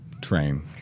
Train